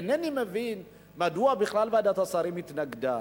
אינני מבין מדוע בכלל ועדת השרים התנגדה.